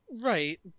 Right